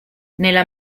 nella